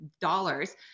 dollars